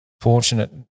fortunate